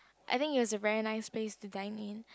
I think it was a very nice place to dine in